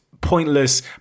pointless